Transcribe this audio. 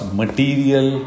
material